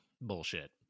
bullshit